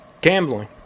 Gambling